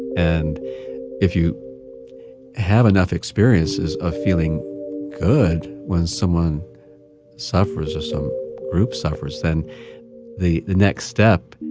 and if you have enough experiences of feeling good when someone suffers or some group suffers, then the next step,